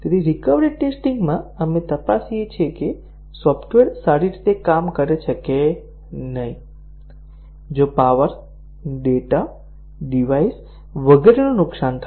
recovery testing માં આપણે તપાસીએ છીએ કે સોફ્ટવેર સારી રીતે કામ કરે છે કે નહીં જો પાવર ડેટા ડિવાઇસ વગેરેનું નુકસાન થાય છે